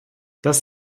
das